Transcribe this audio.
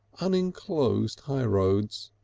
unenclosed high roads.